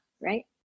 right